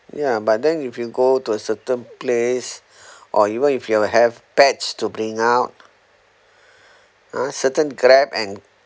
yeah but then if you go to a certain place or even if you have pets to bring out uh certain grab and